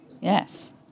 yes